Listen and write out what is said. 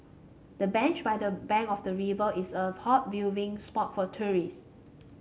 the bench by the bank of the river is a hot viewing spot for tourists